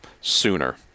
sooner